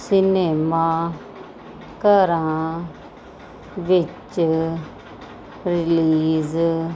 ਸਿਨੇਮਾਘਰਾਂ ਵਿੱਚ ਰਿਲੀਜ਼